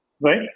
right